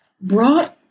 brought